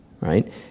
right